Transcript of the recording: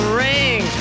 ring